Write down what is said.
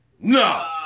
No